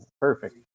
Perfect